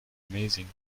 amazing